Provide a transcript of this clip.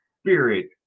spirit